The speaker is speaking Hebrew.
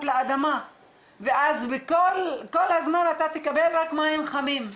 לאדמה ואז כל הזמן אתה תקבל רק מים חמים.